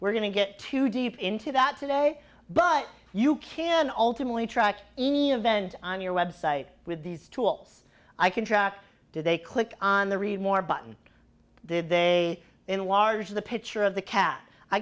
we're going to get too deep into that today but you can alternately track any of vent on your website with these tools i can track did they click on the read more button did they enlarge the picture of the cat i